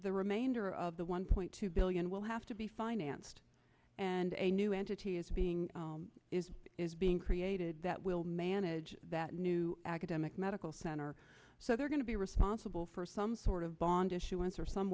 the remainder of the one point two billion will have to be financed and a new entity is being is is being created that will manage that new academic medical center so they're going to be responsible for some sort of bond issuance or some